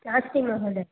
नास्ति महोदयः